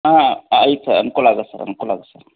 ಹಾಂ ಆಯ್ತು ಸರ್ ಅನುಕೂಲ ಆಗತ್ತೆ ಸರ್ ಅನುಕೂಲ ಆಗತ್ತೆ ಸರ್